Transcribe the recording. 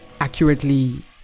accurately